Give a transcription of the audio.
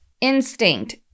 instinct